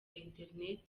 internet